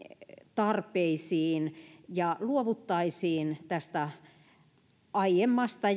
tarpeisiin ja luovuttaisiin tästä aiemmasta